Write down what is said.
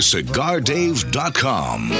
CigarDave.com